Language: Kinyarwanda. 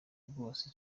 bwose